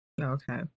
Okay